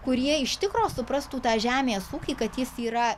kurie iš tikro suprastų tą žemės ūkį kad jis yra